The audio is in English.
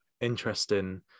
interesting